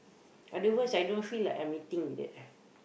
otherwise I don't feel like I'm eating that